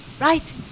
Right